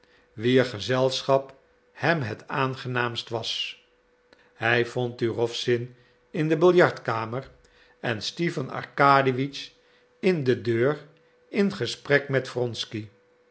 wier gezelschap hem het aangenaamst was hij vond turowzin in de billardkamer en stipan arkadiewitsch in de deur in gesprek met wronsky